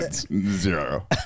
Zero